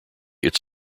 its